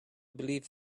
believe